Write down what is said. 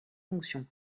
fonctions